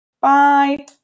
Bye